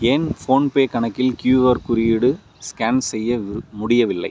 ஏன் ஃபோன்பே கணக்கில் க்யூஆர் குறியீடு ஸ்கேன் செய்ய வு முடியவில்லை